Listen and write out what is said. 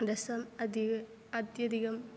रसम् अधिकम् अत्यधिकम्